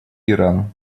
иран